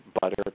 butter